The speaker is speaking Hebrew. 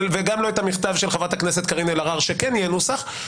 וגם לא את המכתב של חברת הכנסת קארין אלהרר שכן יהיה נוסח.